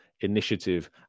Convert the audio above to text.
initiative